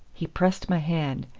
he pressed my hand,